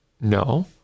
No